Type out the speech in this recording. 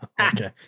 okay